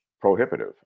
prohibitive